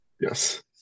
Yes